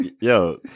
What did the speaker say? yo